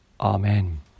Amen